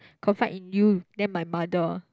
confide in you then my mother